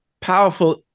powerful